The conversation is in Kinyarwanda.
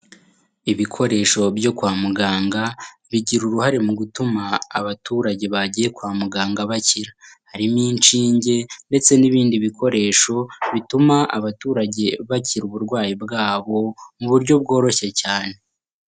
Ibikoresho byo kwa muganga, bigira uruhare mu gutuma abaturage bagiye kwa muganga bakira. Harimo inshinge ndetse n'ibindi bikoresho bituma abaturage bakira uburwayi bwabo, mu buryo bworoshye cyane.